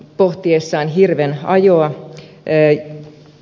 pohtiessaan hirvenajoa neljä